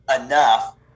enough